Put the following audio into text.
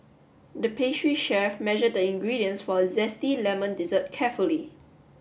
the pastry chef measured the ingredients for a zesty lemon dessert carefully